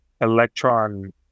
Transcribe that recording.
electron